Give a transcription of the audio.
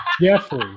Jeffrey